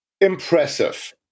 impressive